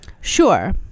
sure